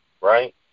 right